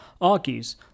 argues